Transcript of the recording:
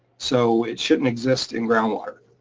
so it shouldn't exist in groundwater,